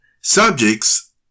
subjects